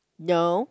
no